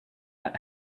out